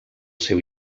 seu